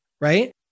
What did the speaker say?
right